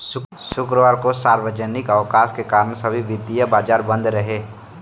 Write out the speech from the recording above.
शुक्रवार को सार्वजनिक अवकाश के कारण सभी वित्तीय बाजार बंद रहे